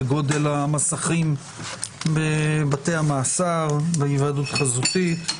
גודל המסכים בבתי המאסר בהיוועדות חזותית.